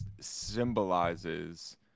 symbolizes